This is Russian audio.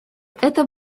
это